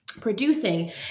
producing